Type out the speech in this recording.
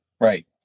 Right